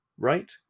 right